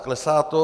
Klesá to.